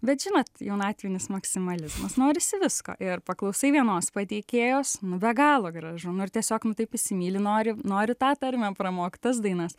bet žinot jaunatvinis maksimalizmas norisi visko ir paklausai vienos pateikėjos nu be galo gražu nu ir tiesiog nu taip įsimyli nori nori tą tarmę pramokt tas dainas